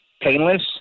painless